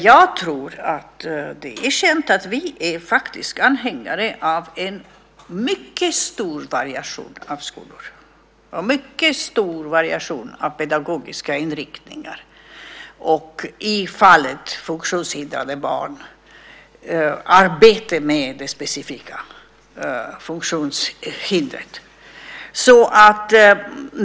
Jag tror att det är känt att vi är anhängare av en mycket stor variation av skolor och en mycket stor variation av pedagogiska inriktningar, och i fallet funktionshindrade barn arbete med det specifika funktionshindret.